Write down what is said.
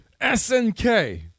SNK